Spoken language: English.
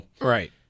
Right